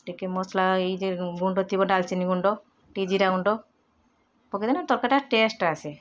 ଟିକେ ମସଲା ଏଇ ଯେ ଗୁଣ୍ଡ ଥିବ ଡାଲଚିନ ଗୁଣ୍ଡ ଟିକେ ଜିରା ଗୁଣ୍ଡ ପକାଇଦେଲେ ତରକାରୀ ଟା ଟେଷ୍ଟ ଆସେ